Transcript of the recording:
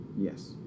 Yes